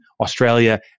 Australia